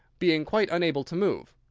being quite unable to move.